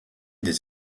des